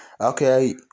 okay